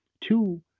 two